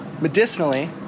medicinally